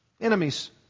Enemies